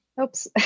oops